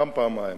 גם פעמיים.